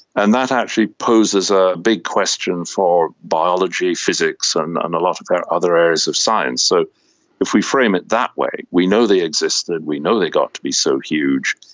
and that actually poses a big question for biology, physics and and a lot of other areas of science. so if we frame it that way, we know they existed and we know they got to be so huge,